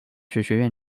学院